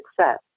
success